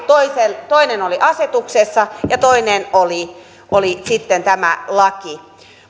toinen toinen oli asetuksessa ja toinen oli oli sitten tämä laki